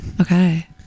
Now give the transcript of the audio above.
Okay